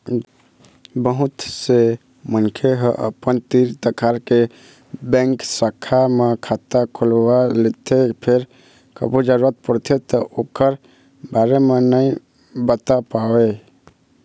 बहुत से मनखे ह अपन तीर तखार के बेंक शाखा म खाता खोलवा लेथे फेर कभू जरूरत परथे त ओखर बारे म नइ बता पावय